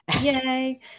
Yay